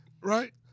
Right